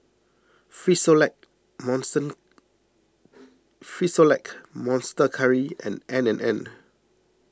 Frisolac Frisolac Monster Curry and N and N